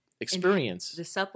experience